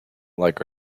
like